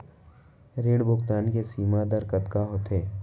ऋण भुगतान के सीमा दर कतका होथे?